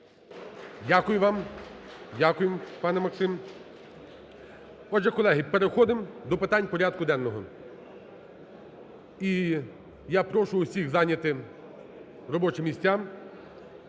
Дякую вам, дякую, пане Максим. Отже, колеги, переходимо до питань порядку денного. І я прошу всіх зайняти робочі місця.